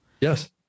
Yes